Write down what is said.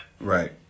Right